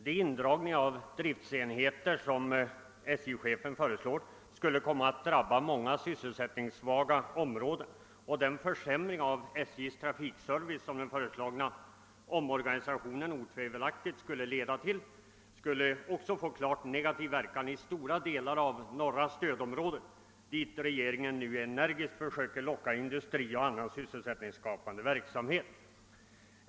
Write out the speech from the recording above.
De indragningar av driftsenheter som SJ-chefen föreslår skulle komma att drabba många sysselsättningssvaga områden, och den försämring av SJ:s trafikservice som omorganisationen otvivelaktigt kommer att leda till skulle också få klart negativ verkan i stora delar av norra stödområdet, dit regeringen nu energiskt försöker locka industri och annan sysselsättningsskapande verksamhet.